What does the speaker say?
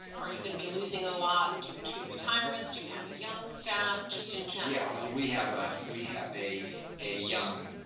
are you gonna be losing a lot due to retirements? do you have a young staff? just in general. yeah, well we have ah we have a a young,